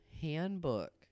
handbook